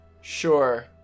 Sure